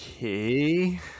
Okay